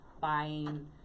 buying